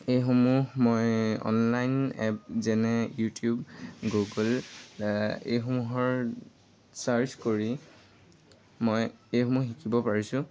এইসমূহ মই online app যেনে ইউটিউব গুগল এইসমূহৰ ছাৰ্চ কৰি মই এইসমূহ শিকিব পাৰিছোঁ